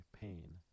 pain